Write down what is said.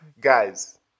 Guys